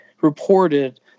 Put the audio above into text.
reported